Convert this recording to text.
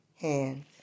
hands